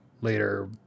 later